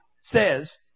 says